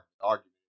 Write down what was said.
argument